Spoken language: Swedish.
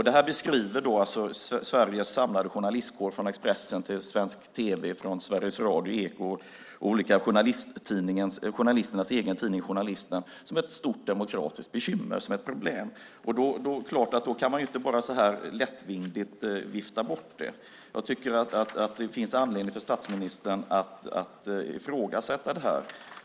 Det här beskriver Sveriges samlade journalistkår från Expressen, svensk tv, Sveriges Radio, Ekot och journalisternas egen tidning Journalisten som ett stort demokratiskt bekymmer, som ett problem. Då kan man inte bara vifta bort det så här lättvindigt. Jag tycker att det finns anledning för statsministern att ifrågasätta det här.